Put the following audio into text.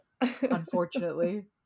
unfortunately